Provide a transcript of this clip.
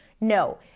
No